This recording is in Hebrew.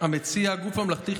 המציע גוף ממלכתי,